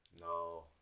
No